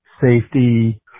safety